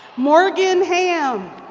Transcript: morgan ham.